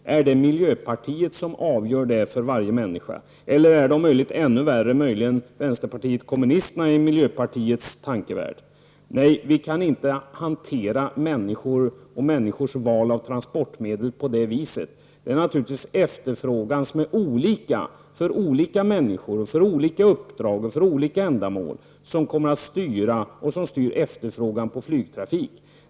Är det miljöpartiet som avgör detta för varje människa, eller är det möjligen, vilket är ännu värre, vänsterpartiet kommunisterna som skall göra detta i miljöpartiets tankevärld? Vi kan inte hantera människor och människors val av transportmedel på det viset. Efterfrågan är naturligtvis olika för olika människor, olika uppdrag och olika ändamål. Det styr och kommer att styra efterfrågan på flygtrafik.